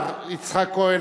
תודה רבה לשר יצחק כהן,